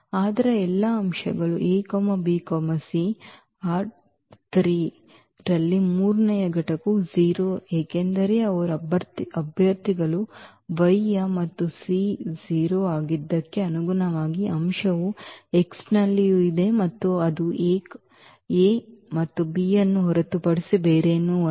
ಅಂದರೆ ಎಲ್ಲಾ ಅಂಕಗಳು abc ರಲ್ಲಿ ಮೂರನೆಯ ಘಟಕವು 0 ಏಕೆಂದರೆ ಅವರು ಅಭ್ಯರ್ಥಿಗಳು Y ಯ ಮತ್ತು c 0 ಆಗಿದ್ದಕ್ಕೆ ಅನುಗುಣವಾದ ಅಂಶವು X ನಲ್ಲಿಯೂ ಇದೆ ಮತ್ತು ಅದು a ಮತ್ತು b ಅನ್ನು ಹೊರತುಪಡಿಸಿ ಬೇರೇನೂ ಅಲ್ಲ